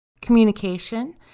communication